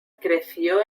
creció